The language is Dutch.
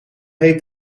heet